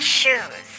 shoes